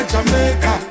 Jamaica